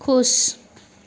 खुश